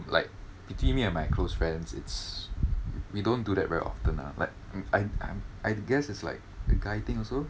like between me and my close friends it's we don't do that very often lah like I I'm I guess is like a guy thing also